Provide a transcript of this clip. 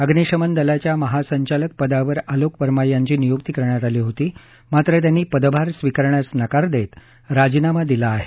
अग्निशमन दलाच्या महासंचालक पदावर आलोक वर्मा यांची नियुक्ती करण्यात आली होती मात्र त्यांनी पदभार स्विकारण्यास नकार देत राजीनामा दिला आहे